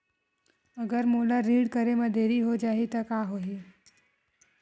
अगर मोला ऋण करे म देरी हो जाहि त का होही?